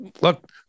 look